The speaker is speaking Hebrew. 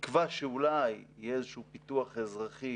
בתקווה שאולי יהיה איזשהו פיתוח אזרחי